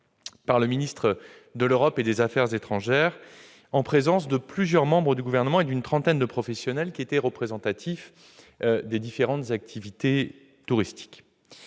par le ministre de l'Europe et des affaires étrangères, en présence de plusieurs membres du Gouvernement et d'une trentaine de professionnels représentatifs des différentes activités touristiques.